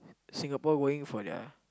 Singapore going for their